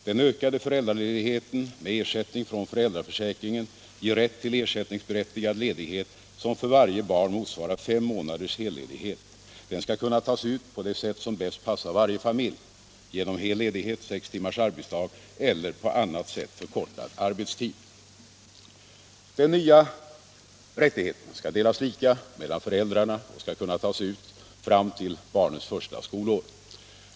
Den ökade föräldraledigheten med ersättning från föräldraförsäkringen ger rätt till ersättningsberättigad ledighet som för varje barn motsvarar fem månaders helledighet. Den skall kunna tas ut på det sätt som bäst passar varje familj — genom hel ledighet, sex timmars arbetsdag eller på annat sätt förkortad arbetstid. Den nya rättigheten skall delas lika mellan föräldrarna och skall kunna tas ut fram till barnets första skolår.